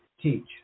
teach